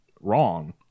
Wrong